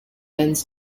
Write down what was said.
benz